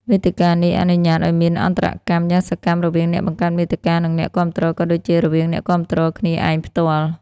វេទិកានេះអនុញ្ញាតឲ្យមាន អន្តរកម្ម យ៉ាងសកម្មរវាងអ្នកបង្កើតមាតិកា និងអ្នកគាំទ្រ ក៏ដូចជារវាងអ្នកគាំទ្រគ្នាឯងផ្ទាល់។